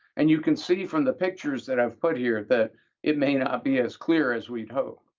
and you can see from the pictures that i've put here that it may not be as clear as we'd hope,